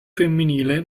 femminile